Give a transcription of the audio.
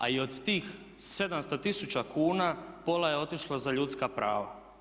A i od tih 700 tisuća kuna pola je otišlo za ljudska prava.